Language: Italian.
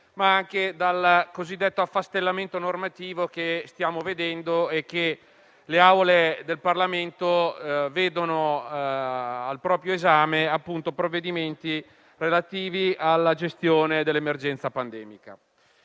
ma anche dal cosiddetto affastellamento normativo che le Aule del Parlamento vedono, avendo al proprio esame provvedimenti relativi alla gestione dell'emergenza pandemica.